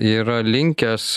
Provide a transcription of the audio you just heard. yra linkęs